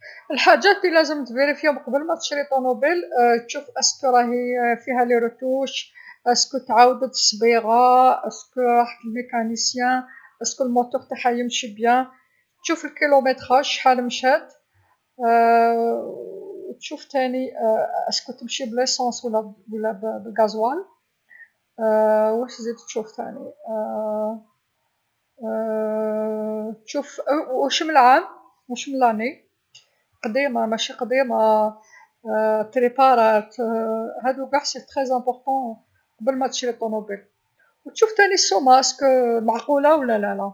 ﻿الحاجات للازم تفيريفيهم قبل ما تشري طونوبيل تشوف ايسكو راهي فيها لي روتوش؟ ايسكو تعاودت الصبيغه؟ ايسكو راحت للميكانيسيان؟ ايسكو لموتوغ نتاعها يمشي بيان؟ تشوف كيلومتراج شحال مشات؟ تشوف ثاني ايسكو تمشي باليسونس و لا بالقازوال؟ واش تزيد تشوف ثاني؟ تشوف و-وش من عام؟ واش من لاني؟ قديمة ماشي قديمة؟ تريبارات؟ هاذو قاع تري زانبورتون قبل متشري طونوبيل. وتشوف ثاني سومة، ايسكو معقولة و لا لالا؟